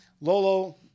Lolo